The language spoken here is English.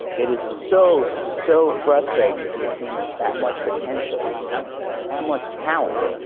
it is so, so frustrating to see a team with that much potential and that much talent,